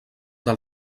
del